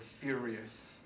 furious